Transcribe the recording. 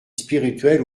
spirituelle